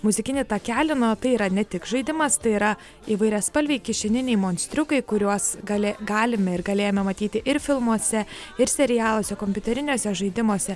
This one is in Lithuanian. muzikinį takelį nu o tai yra ne tik žaidimas tai yra įvairiaspalviai kišeniniai monstriukai kuriuos gali galime ir galėjome matyti ir filmuose ir serialuose kompiuteriniuose žaidimuose